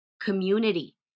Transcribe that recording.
community